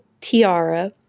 tiara